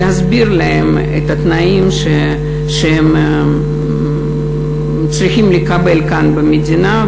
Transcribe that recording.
להסביר להם את התנאים שהם צריכים לקבל כאן במדינה.